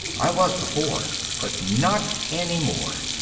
i was before but not any more.